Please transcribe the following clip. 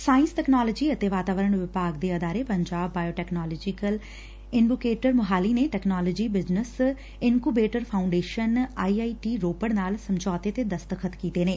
science technology ਅਤੇ ਵਾਤਾਵਰਣ ਵਿਭਾਗ ਦੇ ਅਦਾਰੇ Punjab bio technology incubator Mohali ਨੇ technology business incubator foundation I I T Ropar ਨਾਲ ਸਮਝੌਤੇ ਤੇ ਦਸ਼ਤਖ਼ਤ ਕੀਤੇ ਨੇ